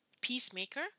peacemaker